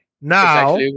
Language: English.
Now